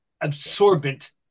absorbent